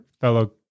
fellow